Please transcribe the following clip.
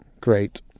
Great